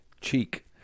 cheek